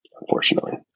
unfortunately